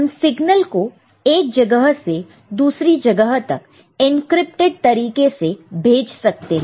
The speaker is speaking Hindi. हम सिग्नल को एक जगह से दूसरी जगह तक इंक्रिप्टेड तरीके से भेज सकते हैं